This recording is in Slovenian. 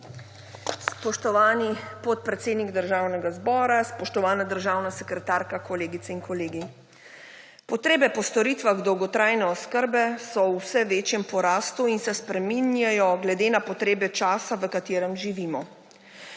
Spoštovani podpredsednik Državnega zbora, spoštovana državna sekretarka, kolegice in kolegi! Potrebe po storitvah dolgotrajne oskrbe so v vse večjem porastu in se spreminjajo glede na potrebe časa, v katerem živimo.